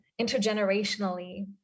intergenerationally